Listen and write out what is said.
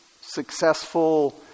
successful